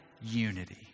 unity